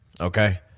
Okay